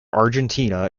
argentina